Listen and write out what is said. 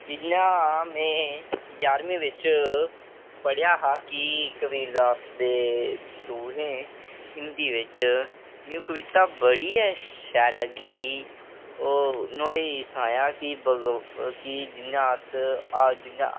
जि'यां में जारहमीं बिच पढ़ेआ हा कि कबीरदास दे दोहे हिंदी बिच मिगी ओह् कविता बड़ी गै शैल लग्गी ही ओह् नुहाड़े च सनाया कि जि'यां अस जियां